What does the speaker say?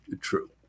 True